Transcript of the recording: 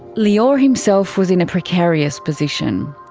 lior himself was in a precarious position.